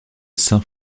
saint